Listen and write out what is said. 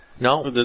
No